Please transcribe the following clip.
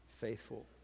faithful